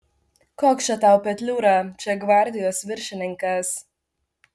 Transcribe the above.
koks čia tau petliūra čia gvardijos viršininkas